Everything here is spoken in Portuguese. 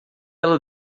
ela